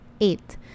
eight